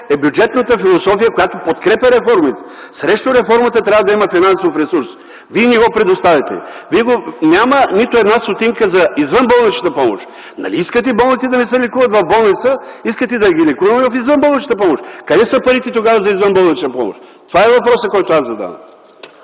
е бюджетната философия, която подкрепя реформата. Срещу реформата трябва да има финансов ресурс. Вие не го предоставяте. Няма нито една стотинка за извънболничната помощ. Нали искате болните да не се лекуват в болница, искате да ги лекуваме в извънболничната помощ? Къде са парите тогава за извънболнична помощ? Това е въпросът, който аз задавам.